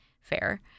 fair